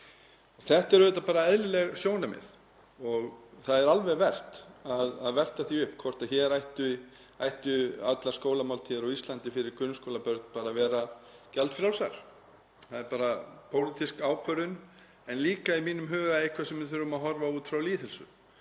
Þetta eru auðvitað bara eðlileg sjónarmið og það er alveg vert að velta því upp hvort hér ættu allar skólamáltíðir á Íslandi fyrir grunnskólabörn að vera gjaldfrjálsar. Það er bara pólitísk ákvörðun en líka í mínum huga eitthvað sem við þurfum að horfa á út frá lýðheilsu.